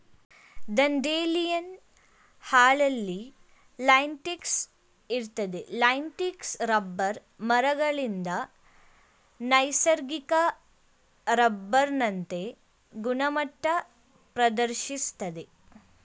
dandelion ಹಾಲಲ್ಲಿ latex ಇರ್ತದೆ latex rubber ಮರಗಳಿಂದ ನೈಸರ್ಗಿಕ ರಬ್ಬರ್ನಂತೆ ಗುಣಮಟ್ಟ ಪ್ರದರ್ಶಿಸ್ತದೆ